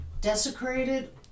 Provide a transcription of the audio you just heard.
desecrated